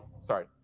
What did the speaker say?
Sorry